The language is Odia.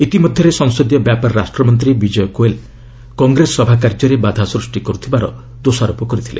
ଇତିମଧ୍ୟରେ ସଂସଦୀୟ ବ୍ୟାପାର ରାଷ୍ଟମନ୍ତ୍ରୀ ବିଜୟ ଗୋଏଲ କଂଗ୍ରେସ ସଭାକାର୍ଯ୍ୟରେ ବାଧାସୃଷ୍ଟି କର୍ତ୍ତବାର ଦୋଷାରୋପ କରିଥିଲେ